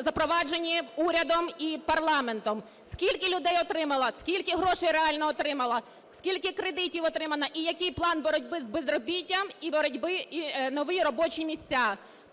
запроваджені урядом і парламентом, скільки людей отримало, скільки грошей реально отримали, скільки кредитів отримано і який план боротьби з безробіттям і боротьби… і нові робочі місця.